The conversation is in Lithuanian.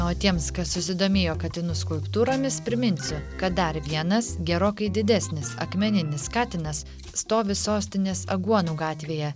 na o tiems kas susidomėjo katinų skulptūromis priminsiu kad dar vienas gerokai didesnis akmeninis katinas stovi sostinės aguonų gatvėje